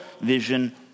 vision